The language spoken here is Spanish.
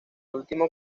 último